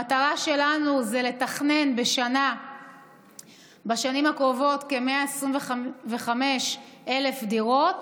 המטרה שלנו היא לתכנן בשנים הקרובות כ-125,000 דירות